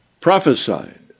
Prophesied